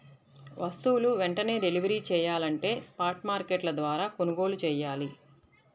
వస్తువులు వెంటనే డెలివరీ చెయ్యాలంటే స్పాట్ మార్కెట్ల ద్వారా కొనుగోలు చెయ్యాలి